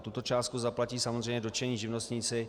Tuto částku zaplatí samozřejmě dotčení živnostníci.